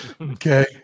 Okay